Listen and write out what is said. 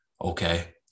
okay